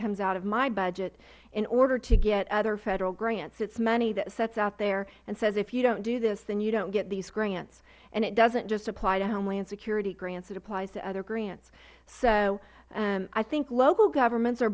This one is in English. comes out of my budget in order to get other federal grants it is money that sits out there and says if you dont do this then you dont get these grants and it doesnt just apply to homeland security grants it applies to other grants so i think local governments are